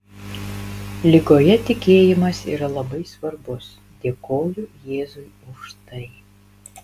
ligoje tikėjimas yra labai svarbus dėkoju jėzui už tai